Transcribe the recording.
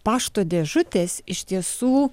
pašto dėžutės iš tiesų